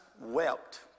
wept